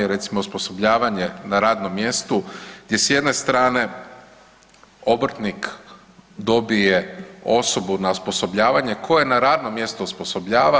Recimo osposobljavanje na radnom mjestu gdje s jedne strane obrtnik dobije osobu na osposobljavanje koje na radnom mjestu osposobljava.